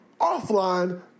offline